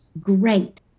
great